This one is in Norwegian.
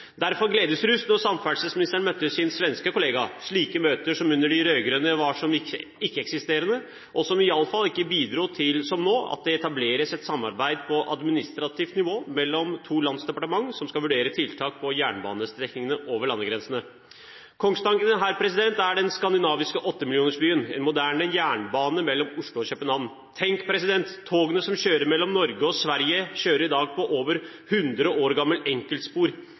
Derfor var det gledesrus da samferdselsministeren møtte sin svenske kollega. Slike møter var under de rød-grønne ikke-eksisterende, og det bidro iallfall ikke til – som nå – at det etableres et samarbeid på administrativt nivå mellom to lands departement som skal vurdere tiltak på jernbanestrekningene over landegrensene. Kongstanken her er den skandinaviske 8-millionersbyen, en moderne jernbane mellom Oslo og København. Tenk at togene som kjører mellom Norge og Sverige, kjører i dag på over 100 år gamle enkeltspor.